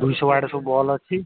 ଦୁଇଶ ୱାର୍ଟ୍ ସବୁ ବଲ୍ ଅଛି